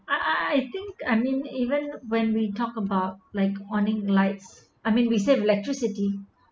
I I think I mean even when we talk about like wanting lights I mean we save electricity